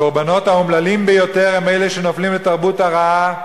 הקורבנות האומללים ביותר הם אלה שנופלים לתרבות רעה,